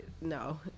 No